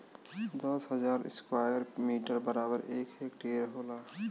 दस हजार square metre बराबर एक हेक्टेयर होला